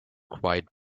quite